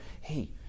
Hey